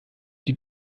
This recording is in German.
die